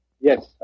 Yes